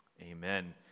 Amen